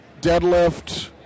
deadlift